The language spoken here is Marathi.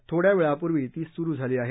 थोङ्या वेळापूर्वी ती सुरू झाली आहे